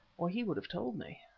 or he would have told me.